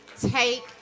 Take